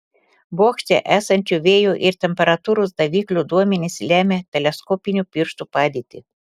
bokšte esančių vėjo ir temperatūros daviklių duomenys lemią teleskopinių pirštų padėtį